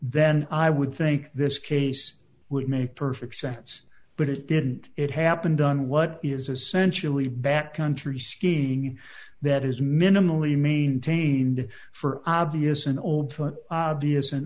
then i would think this case would make perfect sense but it didn't it happened on what is essentially back country skiing that is minimally maintained for obvious and old for obvious and